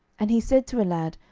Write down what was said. and he said to a lad,